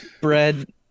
Bread